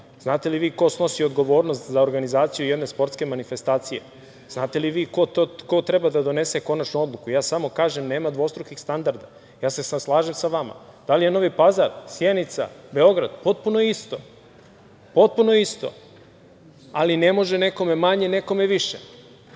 Znate li vi ko snosi odgovornost za organizaciju jedne sportske manifestacije? Znate li vi ko treba da donese konačnu odluku? Samo kažem nema dvostrukih standarda. Ja se slažem sa vama. Da li je Novi Pazar, Sjenica, Beograd, potpuno isto, potpuno isto, ali ne može nekome manje, nekome više.